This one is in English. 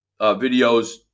videos